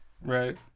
Right